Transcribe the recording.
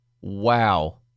wow